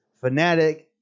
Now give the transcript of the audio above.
fanatic